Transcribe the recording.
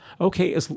Okay